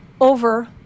over